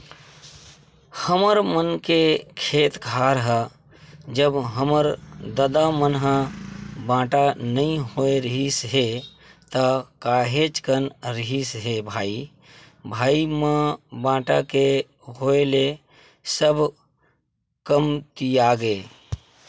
हमर मन के खेत खार ह जब हमर ददा मन ह बाटा नइ होय रिहिस हे ता काहेच कन रिहिस हे भाई भाई म बाटा के होय ले सब कमतियागे